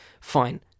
fine